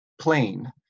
plain